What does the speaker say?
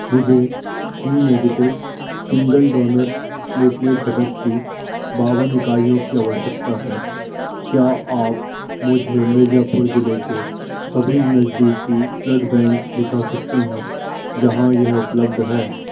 मुझे B negative single donor platelet घटक की बावन इकाइयों की आवश्यकता है क्या आप मुझे मिर्ज़ापुर जिले के सभी नज़दीकी ब्लड बैंक दिखा सकते हैं जहाँ यह उपलब्ध है